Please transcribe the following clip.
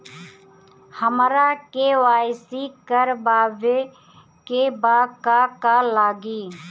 हमरा के.वाइ.सी करबाबे के बा का का लागि?